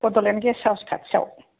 Bodoland guest house खाथियाव